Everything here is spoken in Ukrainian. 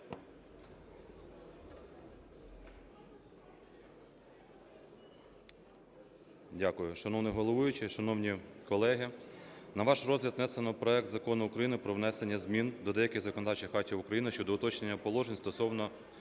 Дякую. Шановний головуючий, шановні колеги! На ваш розгляд внесено проект Закону України про внесення змін до деяких законодавчих актів України щодо уточнення положень стосовно